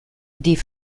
die